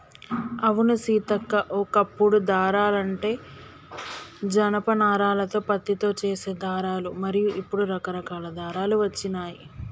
అవును సీతక్క ఓ కప్పుడు దారాలంటే జనప నారాలతో పత్తితో చేసే దారాలు మరి ఇప్పుడు రకరకాల దారాలు వచ్చినాయి